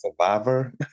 survivor